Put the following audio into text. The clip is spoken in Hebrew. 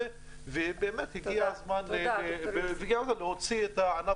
זה אומר שיש כאן באמת מחויבות לנושא וההרגשה